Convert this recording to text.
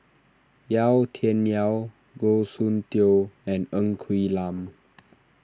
Yau Tian Yau Goh Soon Tioe and Ng Quee Lam